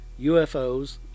UFOs